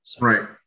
Right